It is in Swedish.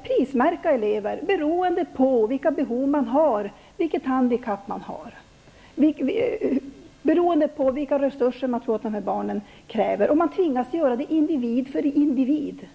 prismärka elever beroende på vilka behov de har, beroende på vilket handikapp de har, beroende på vilka resurser man tror att barnen kräver, och att man tvingas göra det individ för individ.